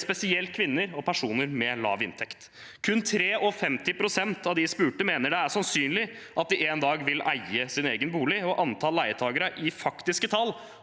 spesielt kvinner og personer med lav inntekt. Kun 53 pst. av de spurte mener det er sannsynlig at de en dag vil eie sin egen bolig. Antall leietakere i faktiske tall